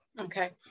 Okay